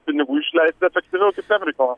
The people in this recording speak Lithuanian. pinigų išleist efektyviau kitiem reikalam